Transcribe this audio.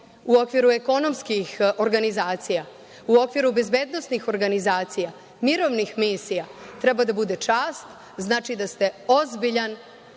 u okviru ekonomskih organizacija, u okviru bezbednosnih organizacija, mirovnih misija, treba da bude čast, znači, da ste ozbiljan